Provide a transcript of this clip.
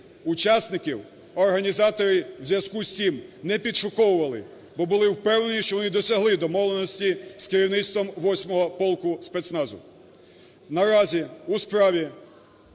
учасників організатори у зв'язку з цим не підшуковували, бо були впевнені, що вони досягли домовленості з керівництвом 8-го полку спецназу. Наразі у справі